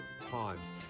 times